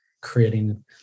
creating